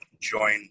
join